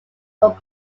were